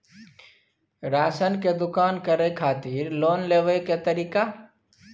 Ration के दुकान करै खातिर लोन लेबै के तरीका?